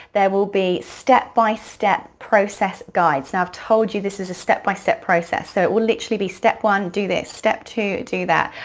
there will be step by step process guides. now, i told you this is a step by step process, so it will literally be, step one do this, step two do that.